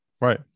Right